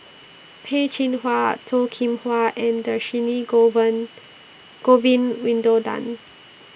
Peh Chin Hua Toh Kim Hwa and Dhershini Govin Winodan